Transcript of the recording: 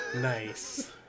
Nice